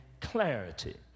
clarity